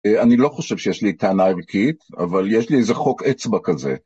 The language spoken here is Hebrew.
אני לא חושב שיש לי טענה ערכית, אבל יש לי איזה חוק אצבע כזה.